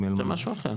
זה משהו אחר.